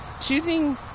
choosing